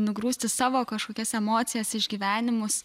nugrūsti savo kažkokias emocijas išgyvenimus